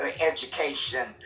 education